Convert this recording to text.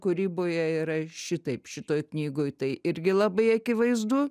kūryboje yra šitaip šitoj knygoj tai irgi labai akivaizdu